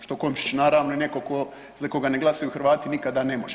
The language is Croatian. Što Komšić naravno i netko tko za koga ne glasaju Hrvati nikada ne može.